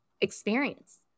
experience